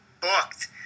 booked